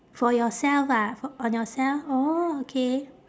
for yourself ah f~ on yourself orh okay